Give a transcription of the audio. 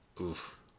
Oof